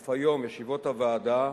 אף היום ישיבות הוועדה,